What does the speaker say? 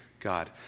God